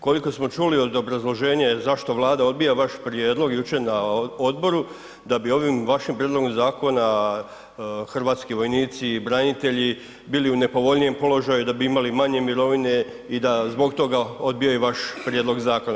Koliko smo čuli obrazloženje zašto Vlada odbija vaš prijedlog jučer na odboru, da bi ovim vašim prijedlogom zakona hrvatski vojnici i branitelji bili u nepovoljnijem položaju, da bi imali manje mirovine i da zbog toga odbijaju vaš prijedlog zakona.